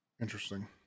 interesting